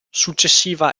successiva